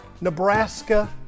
Nebraska